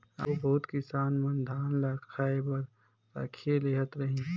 आघु बहुत किसान मन धान ल खाए बर राखिए लेहत रहिन